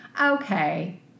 okay